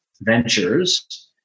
ventures